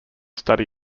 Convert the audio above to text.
study